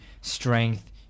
Strength